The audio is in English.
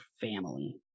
family